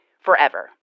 forever